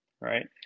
right